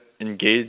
engage